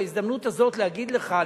בהזדמנות הזאת להגיד לך,